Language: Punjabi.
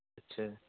ਅੱਛਾ